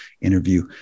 interview